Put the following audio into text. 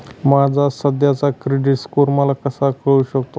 माझा सध्याचा credit score मला कसा कळू शकतो?